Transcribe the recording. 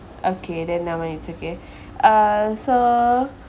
okay then never mind it's okay uh so